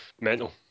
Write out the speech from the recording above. mental